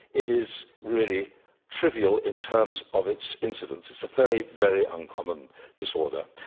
it is really trivial in terms of its incidence. it's a very, very uncommon disorder.